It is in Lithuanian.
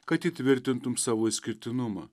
kad įtvirtintum savo išskirtinumą